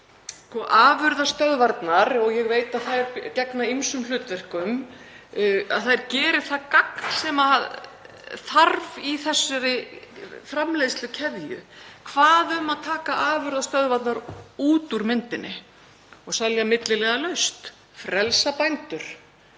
að afurðastöðvarnar, ég veit að þær gegna ýmsum hlutverkum, geri það gagn sem þarf í þessari framleiðslukeðju. Hvað um að taka afurðastöðvarnar út úr myndinni og selja milliliðalaust, frelsa bændur?